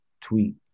tweet